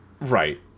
Right